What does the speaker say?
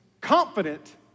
confident